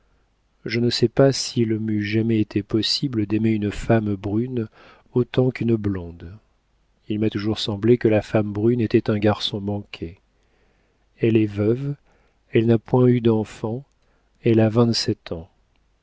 je ne sais pas s'il m'eût jamais été possible d'aimer une femme brune autant qu'une blonde il m'a toujours semblé que la femme brune était un garçon manqué elle est veuve elle n'a point eu d'enfants elle a vingt-sept ans